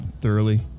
thoroughly